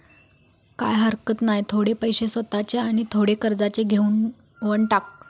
काय हरकत नाय, थोडे पैशे स्वतःचे आणि थोडे कर्जाचे घेवन टाक